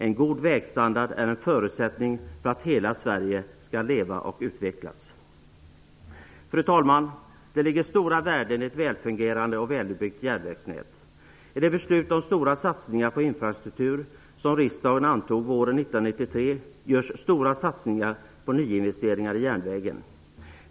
En god vägstandard är en förutsättning för att hela Sverige skall leva och utvecklas. Fru talman! Det ligger stora värden i ett väl fungerande och väl utbyggt järnvägsnät. I det beslut om stora satsningar på infrastruktur som riksdagen antog våren 1993 görs stora satsningar på nyinvesteringar i järnvägar.